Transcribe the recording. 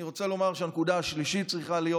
אני רוצה לומר שהנקודה השלישית צריכה להיות